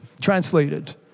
translated